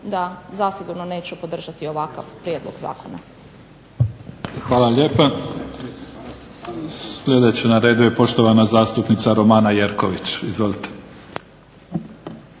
da zasigurno neću podržati ovakav prijedlog zakona. **Mimica, Neven (SDP)** Hvala lijepa. Sljedeća na redu je poštovana zastupnica Romana Jerković. Izvolite.